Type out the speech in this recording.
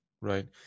right